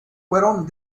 fueron